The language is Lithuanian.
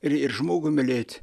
ir ir žmogų mylėt